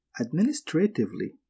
Administratively